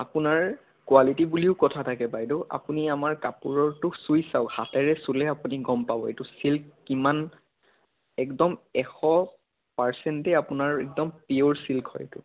আপোনাৰ কুৱালিটি বুলিও কথা থাকে বাইদেউ আপুনি আমাৰ কাপোৰৰটো চুই চাওক হাতেৰে চুলে আপুনি গম পাব এইটো চিল্ক কিমান একদম এশ পাৰ্চেণ্টেই আপোনাৰ একদম পিয়ৰ চিল্ক হয় এইটো